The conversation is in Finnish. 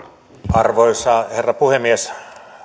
arvoisa herra puhemies